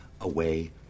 away